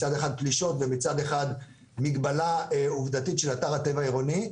מצד אחד פלישות ומצד שני מגבלה עובדתית של אתר הטבע העירוני,